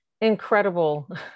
incredible